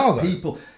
people